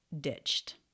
ditched